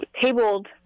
tabled